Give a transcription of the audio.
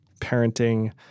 parenting